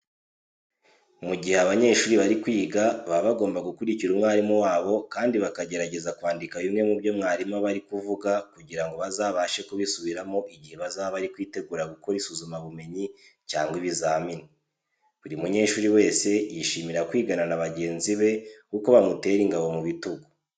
Mu gihe abanyeshuri bari kwiga baba bagomba gukurikira umwarimu wabo kandi bakagerageza kwandika bimwe mu byo mwarimu aba ari kuvuga kugira ngo bazabashe kubisubiramo igihe bazaba bari kwitegura gukora isuzumabumenyi cyangwa ibizamini. Buri munyeshuri wese yishimira kwigana na bagenzi be kuko bamutera ingabo mu bitugu.